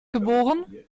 geboren